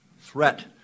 threat